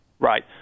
Right